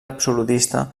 absolutista